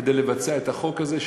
כדי לבצע את החוק הזה,